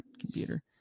computer